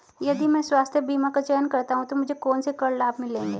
यदि मैं स्वास्थ्य बीमा का चयन करता हूँ तो मुझे कौन से कर लाभ मिलेंगे?